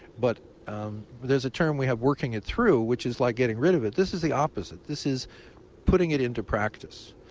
but there's a term we have, working it through, which is like getting rid of it. this is the opposite. this is putting it into practice.